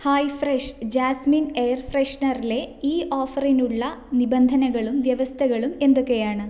hi fresh jasmine air ഫ്രെഷനറിലെ ഈ ഓഫറിനുള്ള നിബന്ധനകളും വ്യവസ്ഥകളും എന്തൊക്കെയാണ്